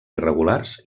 irregulars